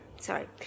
sorry